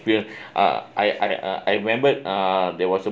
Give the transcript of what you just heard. here uh I I uh I remembered uh there was